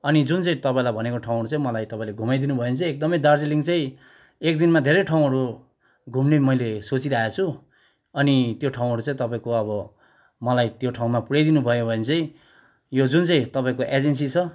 अनि जुन चाहिँ तपाईँलाई भनेको ठाउँरू चाहिँ मलाई तपाईँले घुमाइदिनु भयो भने चाहिँ एकदमै दार्जिलिङ चाहिँ एकदिनमा धेरै ठाउँहरू घुम्ने मैले सोचिरहेको छु अनि त्यो ठाउँहरू चाहिँ तपाईँको अब मलाई त्यो ठाउँमा पुर्याइदिनु भयो भने चाहिँ यो जुन चाहिँ तपाईँको एजेन्सी छ